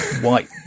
white